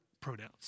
pronouns